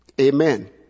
Amen